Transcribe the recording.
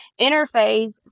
Interphase